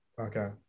okay